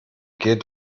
geht